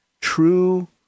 True